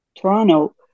Toronto